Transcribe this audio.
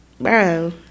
Bro